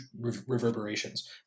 reverberations